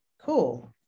Cool